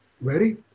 Ready